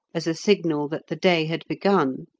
as a signal that the day had begun,